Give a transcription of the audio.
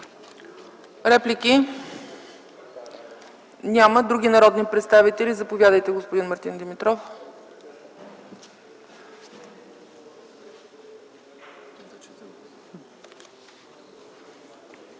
Реплики? Няма. Други народни представители? Заповядайте, господин Димитров.